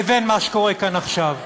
לבין מה שקורה כאן עכשיו.